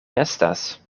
estas